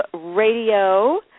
Radio